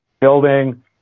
building